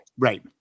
right